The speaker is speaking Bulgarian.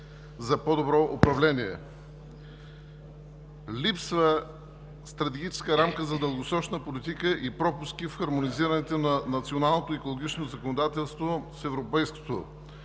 за по-добро управление. „Липсва стратегическа рамка за дългосрочна политика и пропуски в хармонизирането на националното екологично законодателство с европейското.“